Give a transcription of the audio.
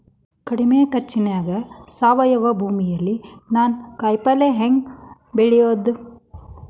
ಕಡಮಿ ಖರ್ಚನ್ಯಾಗ್ ಸಾವಯವ ಭೂಮಿಯಲ್ಲಿ ನಾನ್ ಕಾಯಿಪಲ್ಲೆ ಹೆಂಗ್ ಬೆಳಿಯೋದ್?